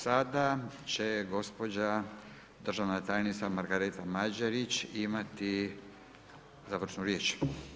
Sada će gospođa državna tajnica Margareta Mađerić imati završnu riječ.